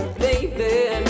baby